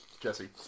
Jesse